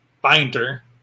Binder